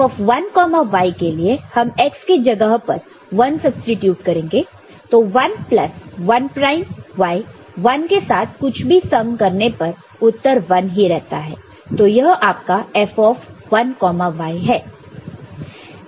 F0y y है और F1y के लिए हम x के जगह पर 1 सब्सीट्यूट करेंगे तो 1 प्लस 1 प्राइम y 1 के साथ कुछ भी सम करने पर उत्तर 1 ही रहता है तो यह आपका F1y है